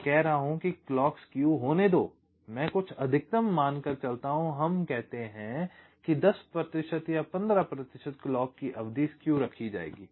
मैं कह रहा हूं कि क्लॉक स्क्यू होने दो मैं कुछ अधिकतम मान कर चलता हूँ हम कहते हैं कि 10 प्रतिशत या 15 प्रतिशत क्लॉक की अवधि स्क्यू रखी जाएगी